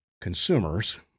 consumers